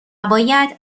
باید